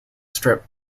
strip